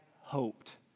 hoped